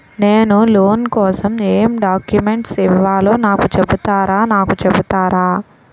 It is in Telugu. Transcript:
నేను లోన్ కోసం ఎం డాక్యుమెంట్స్ ఇవ్వాలో నాకు చెపుతారా నాకు చెపుతారా?